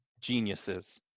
geniuses